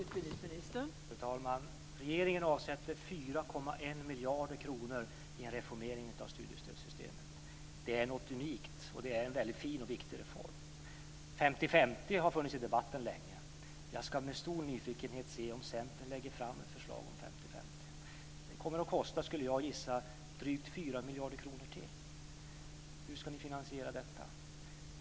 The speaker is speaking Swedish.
Fru talman! Regeringen avsätter 4,1 miljarder kronor i en reformering av studiestödssystemet. Det är något unikt, och det är en mycket fin och viktig reform. Förslag om ett 50-50-system har funnits länge i debatten. Jag ska med stor nyfikenhet se om Centern lägger fram ett förslag om ett 50-50-system. Jag gissar att det kommer att kosta drygt 4 miljarder kronor till. Hur ska ni finansiera detta?